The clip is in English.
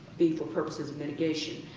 be for purposes of mitigation,